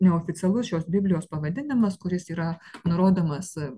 neoficialus šios biblijos pavadinimas kuris yra nurodomas